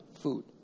food